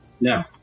now